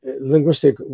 linguistic